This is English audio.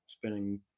spinning